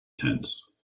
tense